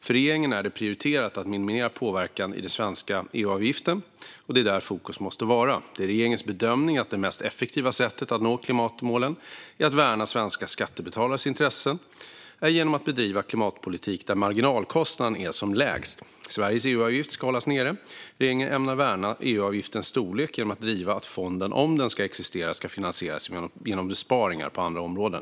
För regeringen är det prioriterat att minimera påverkan på den svenska EU-avgiften. Det är där fokus måste vara. Det är regeringens bedömning att det mest effektiva sättet att nå klimatmålen och värna svenska skattebetalares intressen är genom att bedriva klimatpolitik där marginalkostnaden är som lägst. Sveriges EU-avgift ska hållas nere. Regeringen ämnar värna EU-avgiftens storlek genom att driva att fonden, om den ska existera, ska finansieras genom besparingar på andra områden.